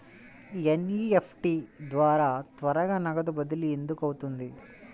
NEFT ద్వారా త్వరగా నగదు బదిలీ ఎందుకు అవుతుంది?